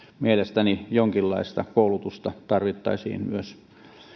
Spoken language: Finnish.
mielestäni jonkinlaista koulutusta tarvittaisiin myös